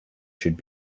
should